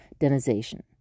denization